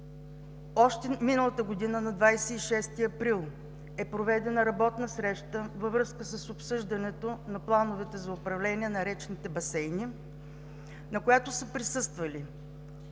Още на 26 април 2016 г. е проведена работна среща във връзка с обсъждането на плановете за управление на речните басейни, на която са присъствали